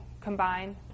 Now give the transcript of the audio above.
combine